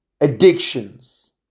Addictions